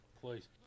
Please